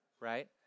right